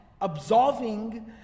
absolving